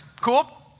Cool